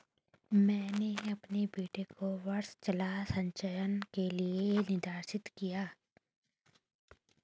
मैंने अपने बेटे को वर्षा जल संचयन के लिए निर्देशित किया